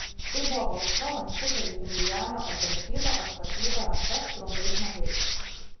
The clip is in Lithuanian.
tai buvo balkšva lanksti tarytum liana apdraskyta aptvarstyta ranka trumpais nagais